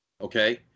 Okay